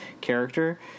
character